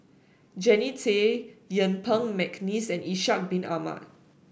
Jannie Tay Yuen Peng McNeice and Ishak Bin Ahmad